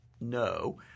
No